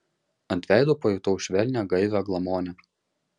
ant veido pajutau švelnią gaivią glamonę